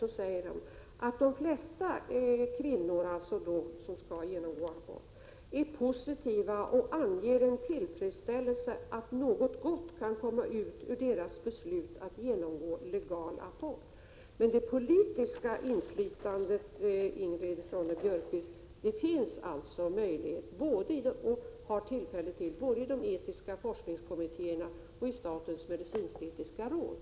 Hon säger: ”De flesta kvinnor är positiva och anger en tillfredsställelse att något gott kan komma ut ur deras beslut att genomgå legal abort.” Ingrid Ronne-Björkqvist, det finns möjlighet till politiskt inflytande både i de etiska forskningskommittéerna och i statens medicinsk-etiska råd.